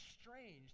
strange